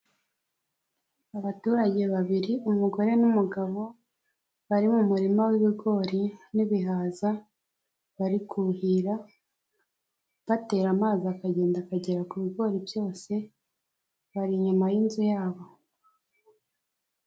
Abaturage babiri umugore n'umugabo, bari mu murima w'ibigori n'ibihaza, bari kuhira, batera amazi akagenda akagera ku bigori byose, bari inyuma y'inzu yabo.